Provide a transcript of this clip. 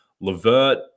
Levert